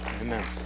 Amen